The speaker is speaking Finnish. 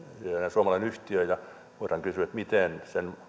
suomalainen yhtiö voidaan kysyä miten sen